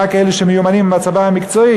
אלא רק אלה שהם מיומנים בצבא המקצועי,